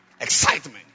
Excitement